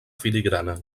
filigrana